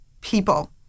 people